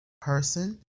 person